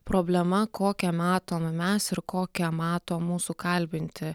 problema kokią matom mes ir kokią mato mūsų kalbinti